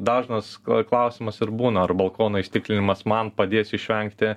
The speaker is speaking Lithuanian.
dažnas klausimas ir būna ar balkono įstiklinimas man padės išvengti